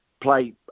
play